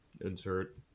insert